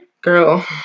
Girl